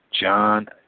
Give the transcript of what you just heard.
John